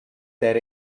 that